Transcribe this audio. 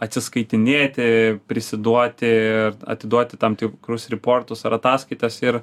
atsiskaitinėti prisiduoti ir atiduoti tam tikrus riportus ar ataskaitas ir